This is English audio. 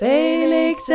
Felix